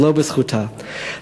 ולא בזכותה.